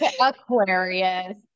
Aquarius